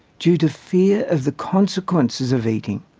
due to fear of the consequences of eating,